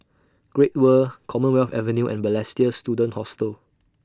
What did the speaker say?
Great World Commonwealth Avenue and Balestier Student Hostel